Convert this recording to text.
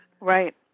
Right